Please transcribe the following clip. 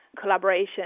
collaboration